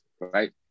right